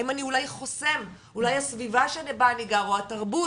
האם אני אולי חוסם אולי הסביבה שבה אני גר או התרבות,